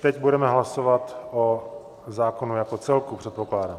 Teď budeme hlasovat o zákonu jako celku, předpokládám.